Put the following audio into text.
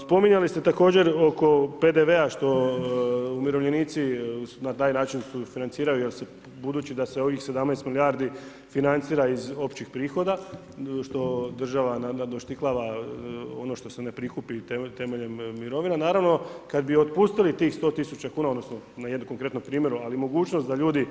Spominjali ste također oko PDV-a što umirovljenici na taj način sufinanciraju jer budući da se ovih 17 milijardi financira iz općih prihoda, što država naravno doštihava ono što se ne prikupi temeljem mirovina, naravno kad bi otpustili tih 100 000 kuna, odnosno na jednom konkretnom primjeru, ali mogućnost da ljudi